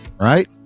Right